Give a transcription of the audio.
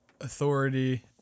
authority